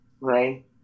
right